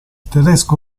tedesco